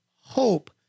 hope